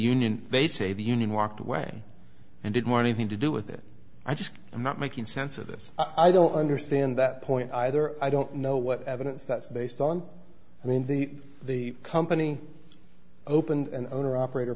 union they say the union walked away and good morning to do with it i just i'm not making sense of this i don't understand that point either i don't know what evidence that's based on i mean the the company opened and the owner operator